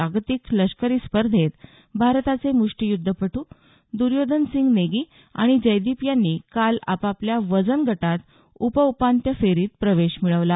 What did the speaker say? जागतिक लष्करी स्पर्धेत भारताचे मुष्ठीयुध्दपटू दुर्योधन सिंग नेगी आणि जयदीप यांनी काल आपापल्या वजन गटात उप उपांत्य फेरीत प्रवेश मिळवला